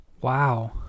wow